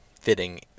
fitting